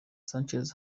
sanchez